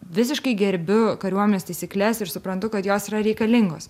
visiškai gerbiu kariuomenės taisykles ir suprantu kad jos yra reikalingos